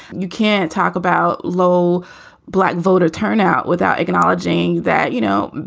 you can't talk about low black voter turnout without acknowledging that. you know,